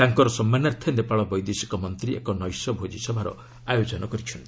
ତାଙ୍କର ସମ୍ମାନାର୍ଥେ ନେପାଳ ବୈଦେଶିକ ମନ୍ତ୍ରୀ ଏକ ନୈଶ୍ୟ ଭୋଜିସଭାର ଆୟୋଜନ କରିଛନ୍ତି